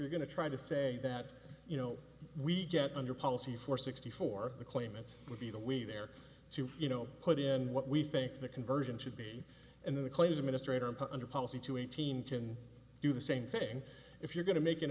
you're going to try to say that you know we get under policy for sixty four the claimant would be the we there to you know put in what we think the conversion should be and then the claims administrator under policy to eighteen can do the same thing if you're going to make an